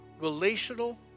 relational